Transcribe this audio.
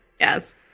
Yes